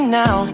now